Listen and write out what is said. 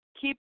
Keep